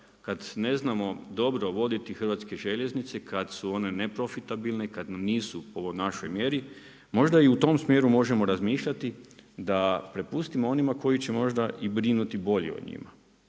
kad ne znamo dobro voditi Hrvatske željeznice, kada su one neprofitabilne, kada nisu po našoj mjeri, možda i u tom smjeru možemo razmišljati da prepustimo onima koji će možda brinuti i bolje o njima.